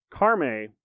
Carme